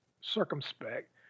circumspect